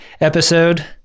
episode